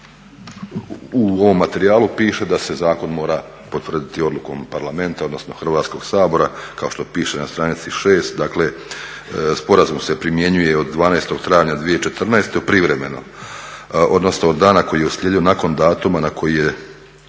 U ovom materijalu piše da se zakon mora potvrditi odlukom Parlamenta, odnosno Hrvatskog sabora kao što piše na stranici 6. Dakle, sporazum se primjenjuje od 12. travnja 2014. privremeno, odnosno od dana koji je uslijedio nakon datuma na koji je